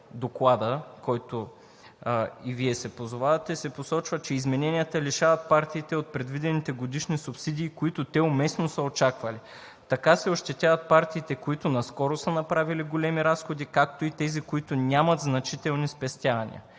Доклада, на който и Вие се позовавате, се посочва, че измененията лишават партиите от предвидените годишни субсидии, които те уместно са очаквали. Така се ощетяват партиите, които наскоро са направили големи разходи, както и тези, които нямат значителни спестявания.